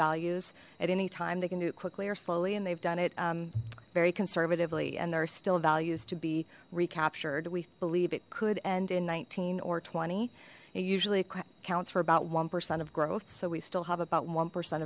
values at any time they can do it quickly or slowly and they've done it very conservatively and there are still values to be recaptured we believe it could end in nineteen or twenty it usually accounts for about one percent of growth so we still have about one percent